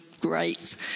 great